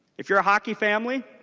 if you are a hockey family